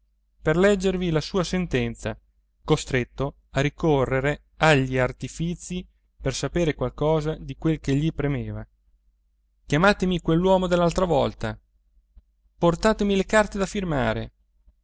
per leggervi la sua sentenza costretto a ricorrere agli artifizii per sapere qualcosa di quel che gli premeva chiamatemi quell'uomo dell'altra volta portatemi le carte da firmare